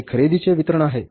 हे खरेदीचे वितरण आहे